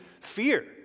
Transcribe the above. fear